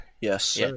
yes